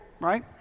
right